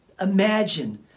imagine